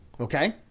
okay